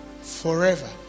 forever